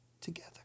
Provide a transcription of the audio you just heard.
together